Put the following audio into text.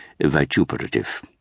vituperative